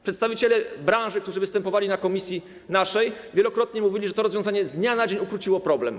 Przedstawiciele branży, którzy występowali na posiedzeniach naszej komisji, wielokrotnie mówili, że to rozwiązanie z dnia na dzień ukróciło problem.